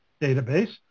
database